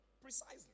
precisely